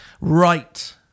Right